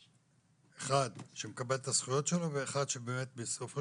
אחד שמקבל את הזכויות שלו ואחד שבאמת בסופו